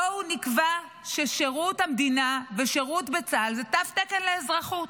בואו נקבע ששירות המדינה ושירות בצה"ל הם תו תקן לאזרחות.